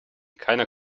keiner